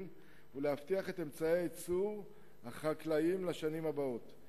ולהבטחת אמצעי הייצור החקלאיים לשנים הבאות.